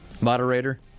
moderator